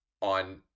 on